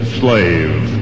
slave